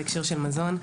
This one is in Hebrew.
בהקשר של מזון.